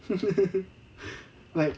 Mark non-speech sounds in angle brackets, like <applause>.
<laughs> like